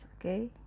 okay